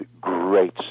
great